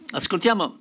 ascoltiamo